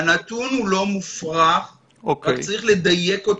הנתון לא מופרך, אבל צריך לדייק אותו.